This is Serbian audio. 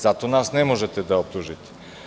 Za to nas ne možete da optužite.